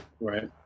Right